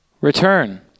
return